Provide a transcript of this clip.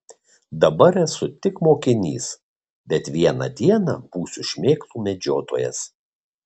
dabar esu tik mokinys bet vieną dieną būsiu šmėklų medžiotojas